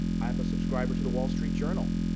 i'm a subscriber to the wall street journal.